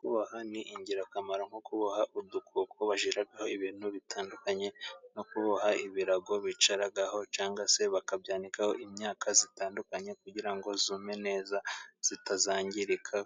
Kuboha ni ingirakamaro nko kuboha udukoko bashyiraho ibintu bitandukanye, no kuboha ibirago bicaraho cyangwa se bakabyanikaho imyaka itandukanye kugira ngo yume neza itazangirika,